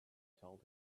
told